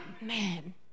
man